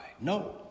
No